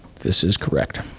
this is correct.